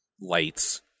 lights